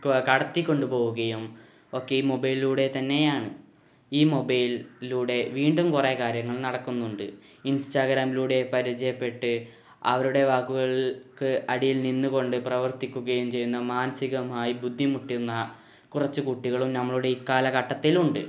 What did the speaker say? കടത്തി കൊണ്ട് പോകുകയും ഒക്കെ ഈ മൊബൈലിലൂടെ തന്നെയാണ് ഈ മൊബൈലിലൂടെ വീണ്ടും കുറേ കാര്യങ്ങൾ നടക്കുന്നുണ്ട് ഇൻസ്റ്റഗ്രാമിലൂടെ പരിചയപ്പെട്ട് അവരുടെ വാക്കുകൾക്ക് അടിയിൽ നിന്നു കൊണ്ട് പ്രവർത്തിക്കുകയും ചെയ്യുന്ന മാനസികമായി ബുദ്ധിമുട്ടുന്ന കുറച്ച് കുട്ടികളും നമ്മുടെ ഈ കാലഘട്ടത്തിലുണ്ട്